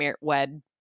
wed